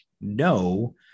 no